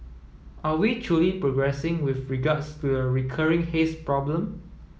are we truly progressing with regards to a recurring haze problem